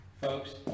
folks